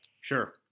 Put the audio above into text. Sure